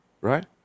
Right